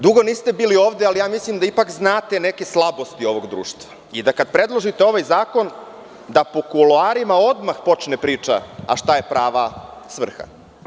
Dugo niste bili ovde, ali mislim da ipak znate neke slabosti ovog društva i da, kada predložite ovaj zakon, da po kuloarima odmah počne priča – šta je prava svrha?